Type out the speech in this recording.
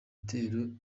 itorero